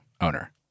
owner